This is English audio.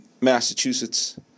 Massachusetts